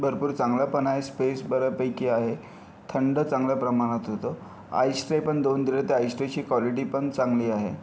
भरपूर चांगलापण आहे स्पेस बऱ्यापैकी आहे थंड चांगल्या प्रमाणात होतं आइस ट्रेपण दोन दिलेत आईस ट्रेची क्वालिटीपण चांगली आहे